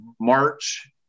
March